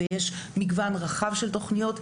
ויש מגוון רחב של תוכניות,